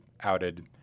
outed